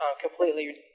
completely